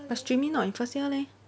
but streaming not in first year leh